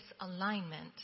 misalignment